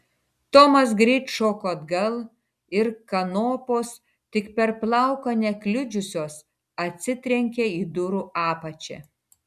tomas greit šoko atgal ir kanopos tik per plauką nekliudžiusios atsitrenkė į durų apačią